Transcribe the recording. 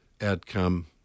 outcome